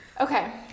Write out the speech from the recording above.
Okay